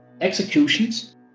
executions